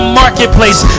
marketplace